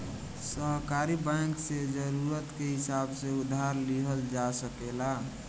सहकारी बैंक से जरूरत के हिसाब से उधार लिहल जा सकेला